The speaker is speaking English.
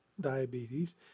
diabetes